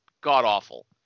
god-awful